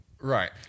Right